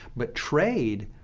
but trade,